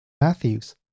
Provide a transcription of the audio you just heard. Matthews